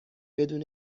بدون